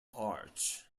arch